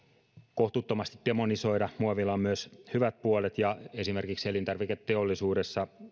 kohtuuttomasti demonisoida muovilla on myös hyvät puolet ja esimerkiksi elintarviketeollisuudessa